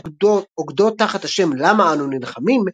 שאוגדות תחת השם "למה אנו נלחמים",